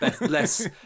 less